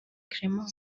clement